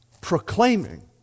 proclaiming